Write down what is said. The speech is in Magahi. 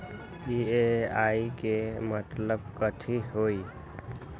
ई.एम.आई के मतलब कथी होई?